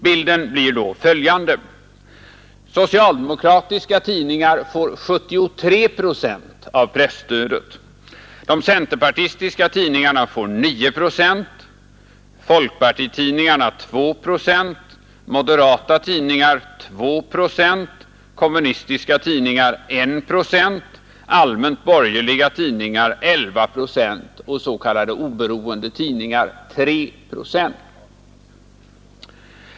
Bilden blir då följande: Socialdemokratiska tidningar får 73 procent av presstödet, de centerpartistiska tidningarna får 9 procent, folkpartitidningarna 2 procent, moderata tidningar 2 procent, kommunistiska tidningar 1 procent, allmänt borgerliga tidningar 11 procent och s.k. oberoende tidningar 3 procent.